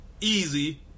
easy